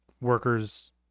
workers